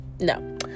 No